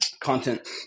content